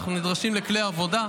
אנחנו נדרשים לכלי עבודה.